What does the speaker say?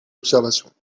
observations